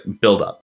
build-up